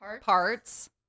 Parts